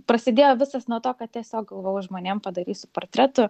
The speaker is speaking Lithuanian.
prasidėjo viskas nuo to kad tiesiog galvojau žmonėm padarysiu portretų